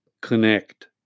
connect